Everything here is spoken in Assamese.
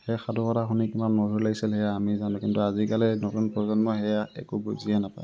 সেই সাধুকথা শুনি কিমান মধুৰ লাগিছিল সেয়া আমি জানো কিন্তু আজিকালি নতুন প্ৰজন্মই সেয়া একো বুজিয়ে নাপায়